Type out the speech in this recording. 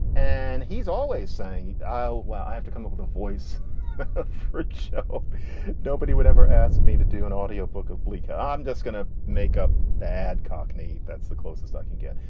and he's always saying, oh, well, i have to come up with a voice which nobody would ever ask me to do an audio book of bleecker. i'm just gonna make up bad cockney. that's the closest i can get.